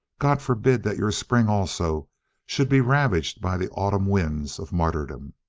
god forbid that your spring also should be ravaged by the autumn winds of martyrdom